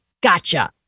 Gotcha